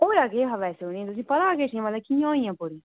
होएआ केह् हा वैसे उ'नेंगी तुसेंगी पता किश इ'यां मतलब कि'यां होइयां पूरियां